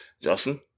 Justin